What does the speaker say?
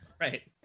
Right